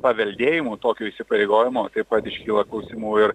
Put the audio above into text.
paveldėjimu tokio įsipareigojimo taip pat iškyla klausimų ir